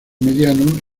mediano